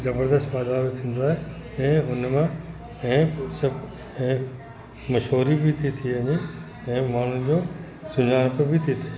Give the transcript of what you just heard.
ज़बरदस्त वाधारो थींदो आहे ऐं उन मां ऐं सभु ऐं मशहूरी बि थी थी वञे ऐं माण्हुनि जो सुञाणप बि थी थिए